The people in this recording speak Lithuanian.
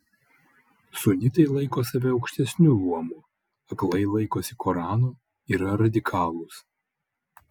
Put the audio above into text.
sunitai laiko save aukštesniu luomu aklai laikosi korano yra radikalūs